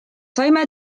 saime